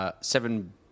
seven